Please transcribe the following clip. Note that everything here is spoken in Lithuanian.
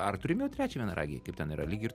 ar turime trečią vienaragį kaip ten yra lyg ir